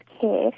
care